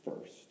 first